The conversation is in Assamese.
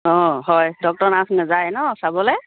অঁ হয় ডক্টৰ নাৰ্ছ নেযায় ন চাবলে